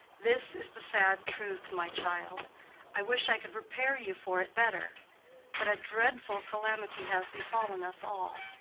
this is the sad truth, my child i wish i could prepare you for it better but a dreadful calamity has befallen us all.